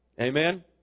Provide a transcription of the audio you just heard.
Amen